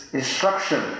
instruction